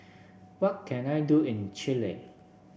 what can I do in Chile